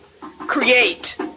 create